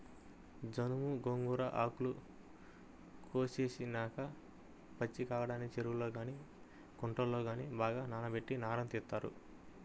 జనుము, గోంగూర ఆకులు కోసేసినాక పచ్చికాడల్ని చెరువుల్లో గానీ కుంటల్లో గానీ బాగా నానబెట్టి నారను తీత్తారు